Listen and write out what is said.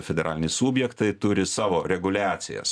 federaliniai subjektai turi savo reguliacijas